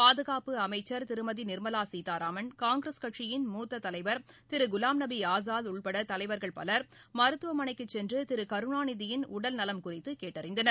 பாதுகாப்பு அமைச்சர் திருமதி நிர்மலா சீதாராமன் காங்கிரஸ் கட்சியின் மூத்த தலைவர் திரு குவாம்நபி ஆஸாத் உட்பட தலைவர்கள் பலர் மருத்துவமனைக்கு சென்று திரு கருணாநிதியின் உடல்நலன் குறித்து கேட்டறிந்தனர்